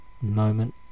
moment